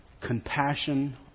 compassion